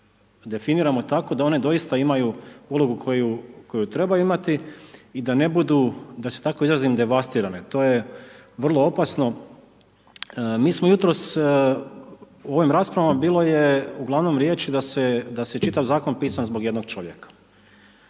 definiramo tako da one doista imaju ulogu koju trebaju imati i da ne budu da se tako izrazim devastirane, to je vrlo opasno. Mi smo jutros u ovim raspravama bilo je uglavnom riječi, da se čitav zakon pisan zbog jednog čovjeka.